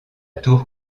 tour